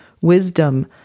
wisdom